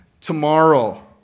Tomorrow